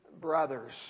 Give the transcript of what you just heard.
brothers